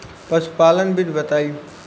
पशुपालन विधि बताई?